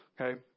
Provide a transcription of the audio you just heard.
Okay